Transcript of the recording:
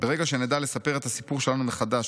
ברגע שנדע לספר את הסיפור שלנו מחדש